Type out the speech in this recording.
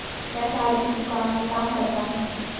मैं साड़ी की दुकान में काम करता हूं